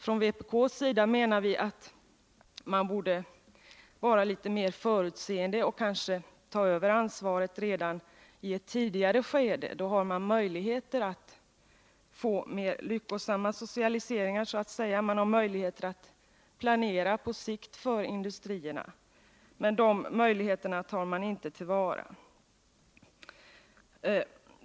Från vpk:s sida menar vi att man borde vara litet mer förutseende och kanske ta över ansvaret redan i ett tidigare skede. Då har man möjligheter att få en mera lyckosam socialisering och att planera på sikt för industrierna. Men de möjligheterna tar man inte till vara.